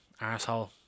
arsehole